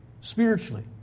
spiritually